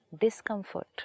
Discomfort